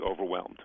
overwhelmed